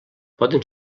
poden